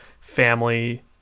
family